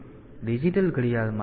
તેથી ડિજિટલ ઘડિયાળમાં